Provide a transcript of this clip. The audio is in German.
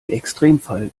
extremfall